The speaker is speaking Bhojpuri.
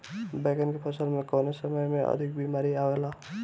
बैगन के फसल में कवने समय में अधिक बीमारी आवेला?